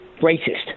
racist